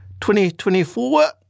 2024